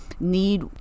need